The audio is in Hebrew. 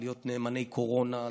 להיות נאמני קורונה,